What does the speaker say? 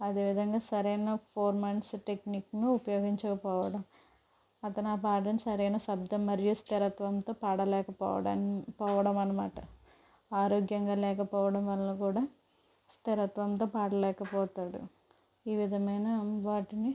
అదేవిధంగా సరైన performance టెక్నిక్ను ఉపయోగించకపోవడం అతను ఆ పాటను సరైన శబ్దం మరియు స్థిరత్వంతో పాడలేక పోవడా పోవడనమాట ఆరోగ్యంగా లేకపోవడం వల్ల కూడా స్థిరత్వంతో పాడలేక పోతాడు ఈ విధమైన వాటిని